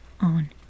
on